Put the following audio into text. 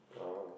ah